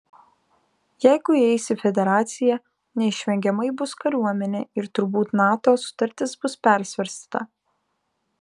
jeigu įeis į federaciją neišvengiamai bus kariuomenė ir turbūt nato sutartis bus persvarstyta